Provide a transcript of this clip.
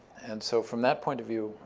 and so from that point of view,